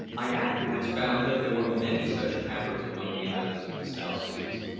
i afterwards found that there were many such caverns among the islands of the south seas,